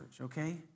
okay